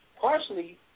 partially